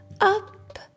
up